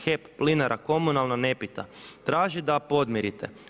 HEP, Plinara, Komunalno ne pita, traži da podmirite.